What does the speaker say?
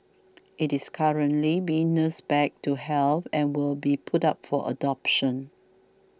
it is currently being nursed back to health and will be put up for adoption